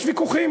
יש ויכוחים.